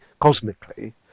cosmically